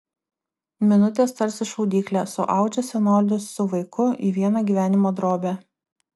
minutės tarsi šaudyklė suaudžia senolį su vaiku į vieną gyvenimo drobę